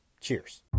Cheers